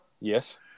Yes